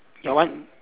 your one